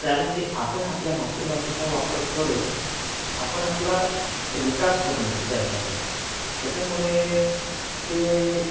त्यां आपण आपल्या मातृभाषेचा वापर करून आपण आपला विकास करून घेतो त्यांच्याकडून त्याच्यामुळे ते